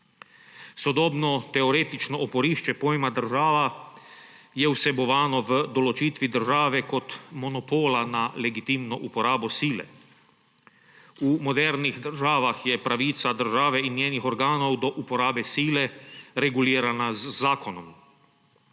Sodobno teoretično oporišče pojma država je vsebovano v določitvi države kot monopola nad legitimno uporabo sile. V modernih državah je pravica države in njenih organov do uporabe sile regulirana z zakonom.